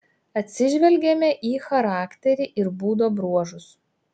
atsižvelgiame į charakterį ir būdo bruožus